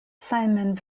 simon